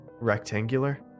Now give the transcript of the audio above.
rectangular